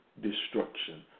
destruction